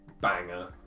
banger